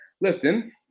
lifting